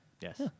Yes